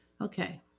Okay